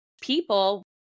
people